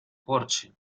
porche